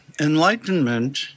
enlightenment